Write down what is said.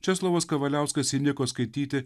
česlovas kavaliauskas įniko skaityti